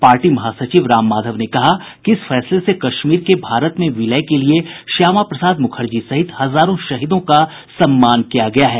party महासचिव राम माधव ने कहा कि इस फैसले से कश्मीर के भारत में विलय के लिए श्यामा प्रसाद मुखर्जी सहित हजारों शहीदों का सम्मान किया गया है